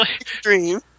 extreme